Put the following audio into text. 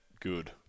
good